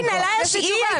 הנה, לה יש תשובה.